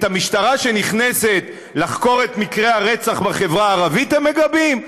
את המשטרה שנכנסת לחקור את מקרי הרצח בחברה הערבית הם מגבים?